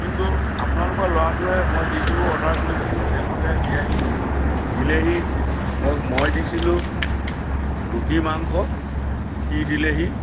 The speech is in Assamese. কিন্তু আপোনালোকৰ ল'ৰাটোৱে মই যিটো অৰ্ডাৰ কৰিছিলো সেইমতে দিয়াহি নাই দিলেহি ম মই দিছিলো ৰুটি মাংস সি দিলেহি